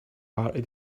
party